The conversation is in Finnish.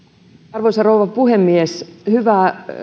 arvoisa rouva puhemies hyvä